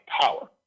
power